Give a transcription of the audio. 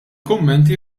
kummenti